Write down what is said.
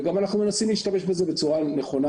וגם אנחנו מנסים להשתמש בזה בצורה נכונה.